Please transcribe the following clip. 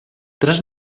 tres